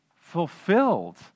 fulfilled